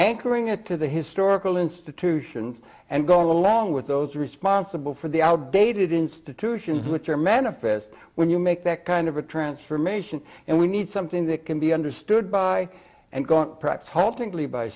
anchoring it to the historical institution and go along with those responsible for the outdated institutions which are manifest when you make that kind of a transformation and we need something that can be understood by and gone